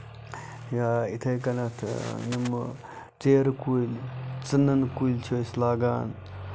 یا یِتھے کَنیتھ یِمہٕ ژیرٕ کُلۍ ژٕنَن کُلۍ چھِ أسۍ لاگان